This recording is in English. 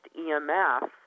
EMF